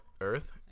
Earth